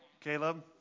Caleb